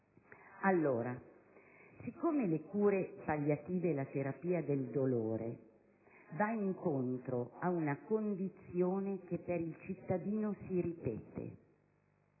arrivare. Siccome le cure palliative e la terapia del dolore vanno incontro ad una condizione che per il cittadino si ripete,